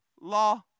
law